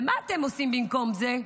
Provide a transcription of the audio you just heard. ומה אתם עושים במקום זה?